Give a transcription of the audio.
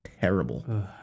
terrible